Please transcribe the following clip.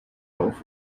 auf